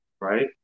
right